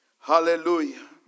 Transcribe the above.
Hallelujah